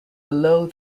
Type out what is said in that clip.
below